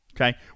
Okay